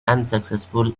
unsuccessful